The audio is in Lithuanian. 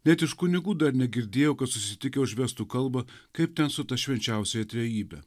net iš kunigų dar negirdėjau kad susitikę užvestų kalbą kaip ten su ta švenčiausioji trejybe